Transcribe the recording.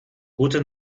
gute